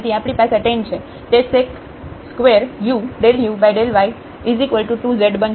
તેથી આપણી પાસે tan છે તે sec2u ∂u∂y2z બનશે